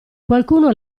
qualcuno